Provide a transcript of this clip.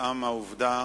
כתוצאה מהעובדה